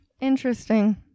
Interesting